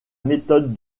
méthode